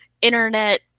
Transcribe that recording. internet